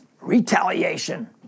retaliation